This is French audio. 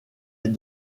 est